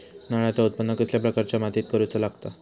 नारळाचा उत्त्पन कसल्या प्रकारच्या मातीत करूचा असता?